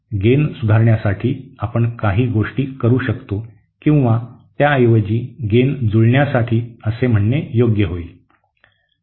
gain सुधारण्यासाठी आपण काही गोष्टी करू शकतो किंवा त्याऐवजी गेन जुळण्यासाठी असे म्हणणे योग्य होईल